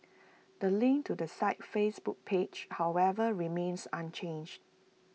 the link to the site's Facebook page however remains unchanged